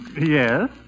Yes